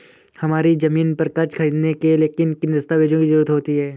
हमारी ज़मीन पर कर्ज ख़रीदने के लिए किन किन दस्तावेजों की जरूरत होती है?